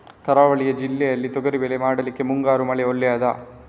ಕರಾವಳಿ ಜಿಲ್ಲೆಯಲ್ಲಿ ತೊಗರಿಬೇಳೆ ಮಾಡ್ಲಿಕ್ಕೆ ಮುಂಗಾರು ಮಳೆ ಒಳ್ಳೆಯದ?